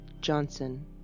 Johnson